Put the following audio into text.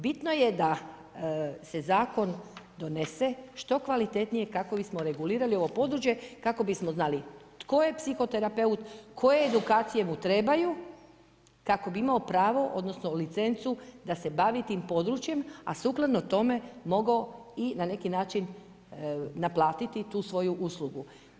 Bitno je da se zakon donese što kvalitetnije kako bi smo regulirali ovo područje kako bi smo znali tko je psihoterapeut, koje edukacije mu trebaju kako bi imao pravo odnosno licencu da se bavi tim područjem, a sukladno tome mogao i na neki način naplatiti tu svoju uslugu.